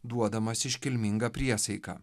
duodamas iškilmingą priesaiką